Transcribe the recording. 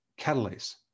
catalase